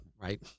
right